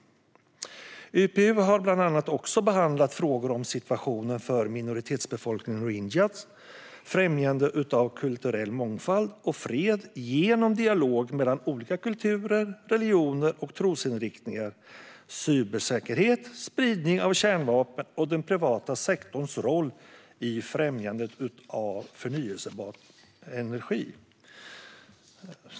IPU har också behandlat frågor om situationen för minoritetsbefolkningen rohingya, främjande av kulturell mångfald och fred genom dialog mellan olika kulturer, religioner och trosinriktningar, cybersäkerhet, spridning av kärnvapen och den privata sektorns roll i främjandet av förnybar energi.